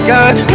God